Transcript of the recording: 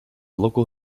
local